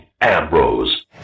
Ambrose